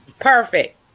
perfect